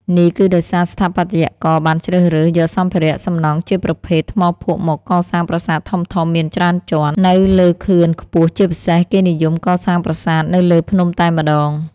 នេះគឺដោយសារស្ថាបត្យករបានជ្រើសរើស យកសម្ភារៈ សំណង់ជាប្រភេទ ថ្មភក់មកកសាងប្រាសាទធំៗ មានច្រើនជាន់ នៅលើខឿនខ្ពស់ ជាពិសេស គេនិយម កសាងប្រាសាទនៅលើភ្នំតែម្តង។